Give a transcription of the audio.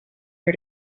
her